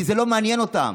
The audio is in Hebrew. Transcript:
כי זה לא מעניין אותם.